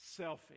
selfie